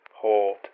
Hold